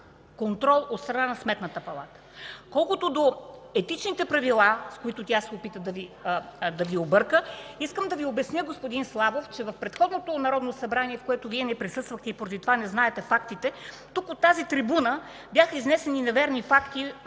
контрол от страна на Сметната палата. Колкото до Етичните правила, с което тя се опита да Ви обърка, искам да Ви обясня, господин Славов, че в предходното Народно събрание, в което Вие не присъствахте и поради това не знаете фактите, тук, от тази трибуна бяха изнесени неверни факти